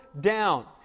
down